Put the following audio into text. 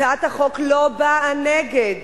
הצעת החוק לא באה נגד,